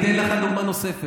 אני אתן לך דוגמה נוספת.